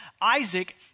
Isaac